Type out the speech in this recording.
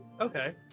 Okay